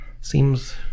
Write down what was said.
Seems